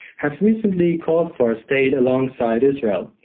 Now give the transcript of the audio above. have recently called for a state alongside israel,